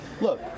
look